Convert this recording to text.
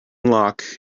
lock